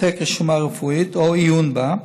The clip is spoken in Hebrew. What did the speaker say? העתק רשומה רפואית או עיון בה)